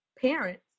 parents